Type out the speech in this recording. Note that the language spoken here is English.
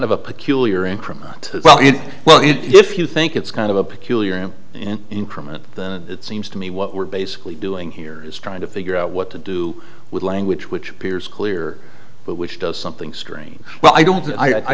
of a peculiar increment as well well if you think it's kind of a peculiar and in increment it seems to me what we're basically doing here is trying to figure out what to do with language which appears clear but which does something strange well i don't i